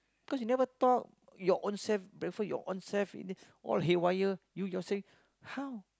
cause you never talk your ownself breakfast your ownself ini all haywire you youself how